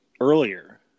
earlier